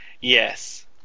Yes